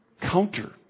counter